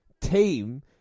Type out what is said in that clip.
team